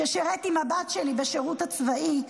ששירת עם הבת שלי בשירות הצבאי,